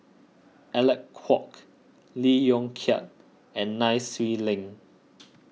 Alec Kuok Lee Yong Kiat and Nai Swee Leng